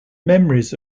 memories